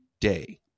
day